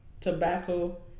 tobacco